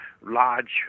large